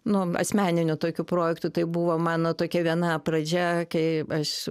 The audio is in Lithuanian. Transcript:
nu asmeninių tokių projektų tai buvo mano tokia viena pradžia kai aš